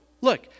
Look